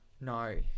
No